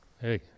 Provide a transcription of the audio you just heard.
Hey